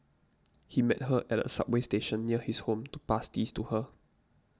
he met her at a subway station near his home to pass these to her